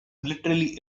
literally